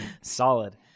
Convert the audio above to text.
Solid